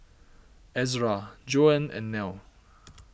Ezra Joan and Nell